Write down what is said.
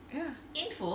ya